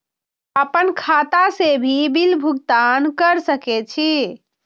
आपन खाता से भी बिल भुगतान कर सके छी?